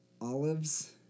Olives